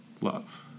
love